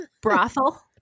Brothel